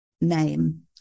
name